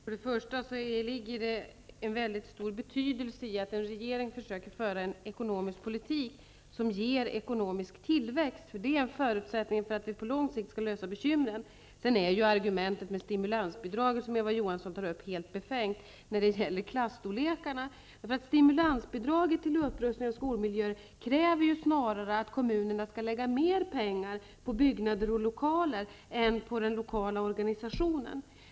Fru talman! Det ligger en väldigt stor betydelse i att en regering försöker föra en ekonomisk politik som ger ekonomisk tillväxt. Det är en förutsättning för att vi på lång sikt skall kunna lösa problemen. Argumentet med stimulansbidraget, som Eva Johansson hade, är helt befängt när det gäller klasstorlekarna. Stimulansbidraget till upprustning av skolmiljön kräver snarare att kommunerna skall lägga mer pengar på byggnader och lokaler än på den lokala organisationen.